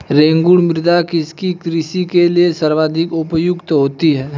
रेगुड़ मृदा किसकी कृषि के लिए सर्वाधिक उपयुक्त होती है?